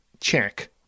check